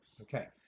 Okay